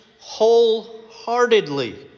wholeheartedly